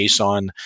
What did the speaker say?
JSON